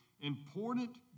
important